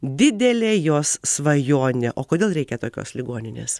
didelė jos svajonė o kodėl reikia tokios ligoninės